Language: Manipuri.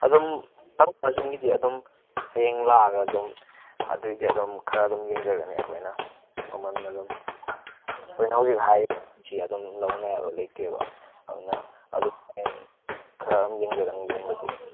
ꯑꯗꯨꯝ ꯇꯥꯊꯣꯛ ꯇꯥꯁꯤꯟꯒꯤꯗꯤ ꯑꯗꯨꯝ ꯍꯌꯦꯡ ꯂꯥꯛꯑꯒ ꯑꯗꯨꯝ ꯑꯗꯨꯒꯤꯗꯤ ꯑꯗꯨꯝ ꯈꯔ ꯑꯗꯨꯝ ꯌꯦꯡꯖꯒꯅꯤ ꯑꯩꯈꯣꯏꯅ ꯃꯃꯟ ꯑꯗꯨꯝ ꯑꯩꯈꯣꯏꯅ ꯍꯧꯖꯤꯛ ꯍꯥꯏꯔꯤꯁꯤ ꯑꯗꯨꯝ ꯂꯧꯅꯤ ꯍꯥꯏꯕ ꯂꯩꯇꯦꯕ ꯑꯗꯨꯅ ꯑꯗꯨꯝ ꯍꯌꯦꯡ ꯈꯔ ꯑꯗꯨꯝ ꯌꯦꯡꯖꯒꯅꯤ ꯌꯦꯡꯕꯩꯗꯤ